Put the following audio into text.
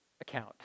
account